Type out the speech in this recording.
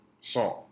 song